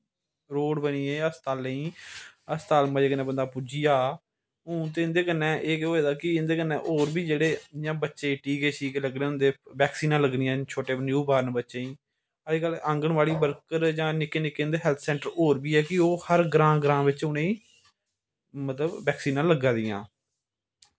road बनी गे हस्पतालें हस्पताल बंदा मज़े कन्नै पुज्जी जा हून ते इंदे कन्नै एह् होए दा कि इंदे कन्नै होर बी जेह्ड़े इंयां बच्चे टीके शीके लग्गने होंदे बैकिसीनां लग्गनियां छोटे न्यू बोर्न बच्चेंई अजकल आंगन बाड़ी बर्कर जां निक्के निक्के इंदे हैल्थ सैंटर होर बी ऐ कि ओह् हर ग्रांऽ ग्रां बिच्च उनेंई मतलव बैक्सीनां लग्गा दियां